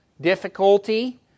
difficulty